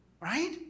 right